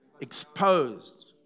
Exposed